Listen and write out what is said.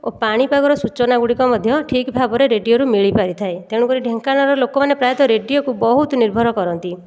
ଓ ପାଣି ପାଗର ସୂଚନାଗୁଡ଼ିକ ମଧ୍ୟ ଠିକ୍ ଭାବରେ ରେଡ଼ିଓରୁ ମିଳିପାରିଥାଏ ତେଣୁକରି ଢେଙ୍କାନାଳର ଲୋକମାନେ ପ୍ରାୟତଃ ରେଡ଼ିଓକୁ ବହୁତ ନିର୍ଭର କରନ୍ତି